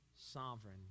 sovereign